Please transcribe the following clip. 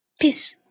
Peace